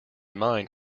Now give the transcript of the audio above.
mind